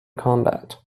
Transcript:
combat